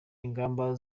ingamba